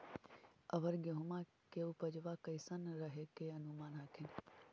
अबर गेहुमा के उपजबा कैसन रहे के अनुमान हखिन?